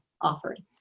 offered